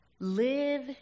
live